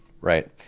right